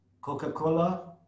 Coca-Cola